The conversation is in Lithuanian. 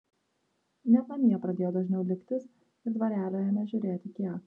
net namie pradėjo dažniau liktis ir dvarelio ėmė žiūrėti kiek